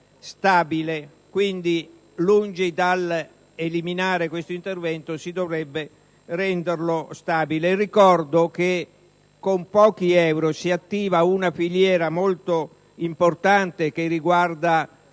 stabile. Quindi, lungi dall'eliminare questo intervento, si dovrebbe piuttosto renderlo stabile. Ricordo che con pochi euro si attiva una filiera molto importante che riguarda